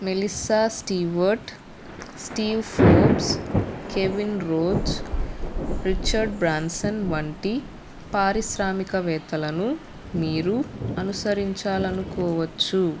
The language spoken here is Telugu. Melissa Stewart Steve Forbes Kevin Rose Richard Branson వంటి పారిశ్రామికవేత్తలను మీరు అనుసరించాలనుకోవచ్చు